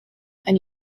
and